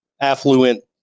affluent